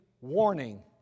warning